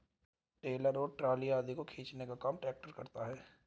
trailer और trolley आदि को खींचने का काम ट्रेक्टर करता है